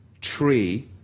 tree